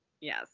Yes